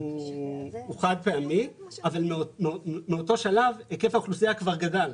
הוא חד פעמי אבל מאותו שלב היקף האוכלוסייה כבר גדל.